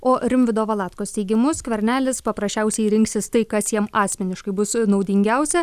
o rimvydo valatkos teigimu skvernelis paprasčiausiai rinksis tai kas jam asmeniškai bus naudingiausia